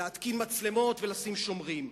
להתקין מצלמות ולשים שומרים.